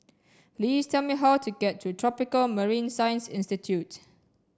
please tell me how to get to Tropical Marine Science Institute